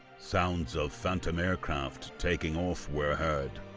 sounds of phantom aircraft taking off were heard.